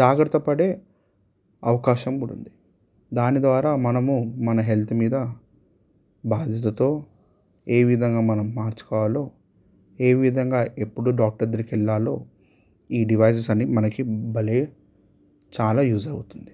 జాగ్రత్తపడే అవకాశం కూడా ఉంది దాని ద్వారా మనము మన హెల్త్ మీద బాధ్యతతో ఏ విధంగా మనం మార్చుకోవాలో ఏ విధంగా ఎప్పుడు డాక్టర్ దగ్గరికి వెళ్ళాలో ఈ డివైసెస్ అన్ని మనకి భలే చాలా యూస్ అవుతుంది